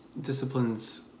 disciplines